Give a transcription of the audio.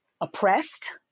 oppressed